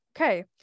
Okay